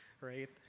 Right